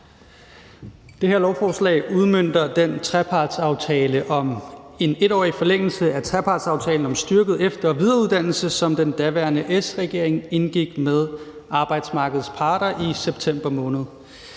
Det her lovforslag udmønter den trepartsaftale om en 1-årig forlængelse af trepartsaftalen om styrket efter- og videreuddannelse, som den daværende S-regering indgik med arbejdsmarkedets parter i september måned.